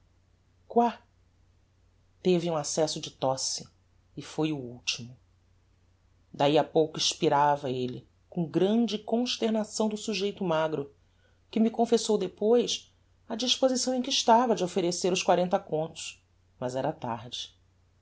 teve um accesso de tosse e foi o ultimo dahi a pouco expirava elle com grande consternação do sujeito magro que me confessou depois a disposição em que estava de offerecer os quarenta contos mas era tarde